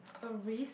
a risk